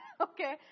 okay